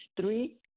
three